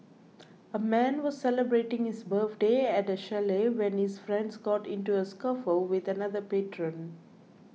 a man was celebrating his birthday at a chalet when his friends got into a scuffle with another patron